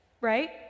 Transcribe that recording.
right